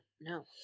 no